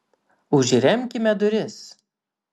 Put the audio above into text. užremkime duris